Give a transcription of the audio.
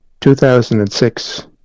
2006